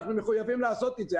אנחנו מחויבים לעשות את זה.